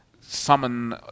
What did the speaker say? summon